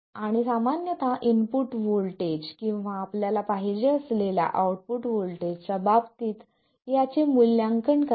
आणि सामान्यत input voltage किंवा आपल्याला पाहिजे असलेल्या आउटपुट व्होल्टेजच्या बाबतीत याचे मूल्यांकन करा